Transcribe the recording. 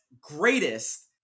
greatest